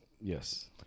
Yes